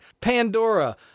pandora